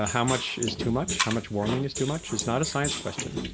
ah how much is too much? how much warming is too much? it's not a science question.